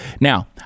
Now